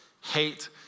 hate